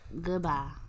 Goodbye